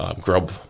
grub